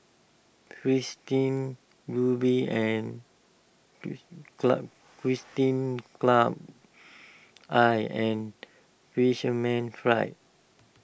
Fristine and club Fristine Club I and Fisherman's Friend